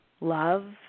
love